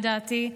לדעתי,